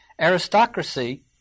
Aristocracy